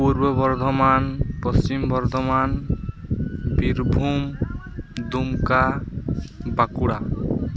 Purba Bardhaman Paschim Bardhaman Birbhum Dumka Bankura